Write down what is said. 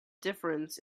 difference